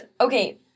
okay